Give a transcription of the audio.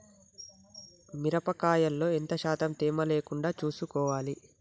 మిరప కాయల్లో ఎంత శాతం తేమ లేకుండా చూసుకోవాలి?